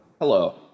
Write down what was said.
hello